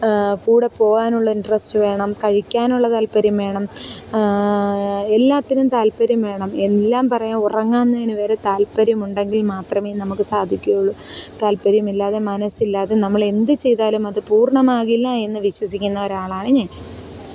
കൂടെ പോവാനുള്ള ഇന്ട്രസ്റ്റ് വേണം കഴിക്കാനുള്ള താല്പ്പര്യം വേണം എല്ലാത്തിനും താല്പ്പര്യം വേണം എല്ലാം പറയാം ഉറങ്ങുന്നതിനുവരെ താല്പ്പര്യമുണ്ടെങ്കില് മാത്രമേ നമുക്ക് സാധിക്കുകയുള്ളൂ താല്പ്പര്യമില്ലാതെ മനസ്സില്ലാതെ നമ്മളെന്ത് ചെയ്താലും അത് പൂര്ണ്ണമാകില്ല എന്ന് വിശ്വസിക്കുന്ന ഒരാളാണ് ഞാന്